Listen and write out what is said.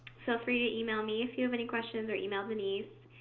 so free to email me if you have any questions or email denise.